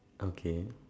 okay